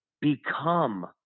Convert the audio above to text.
become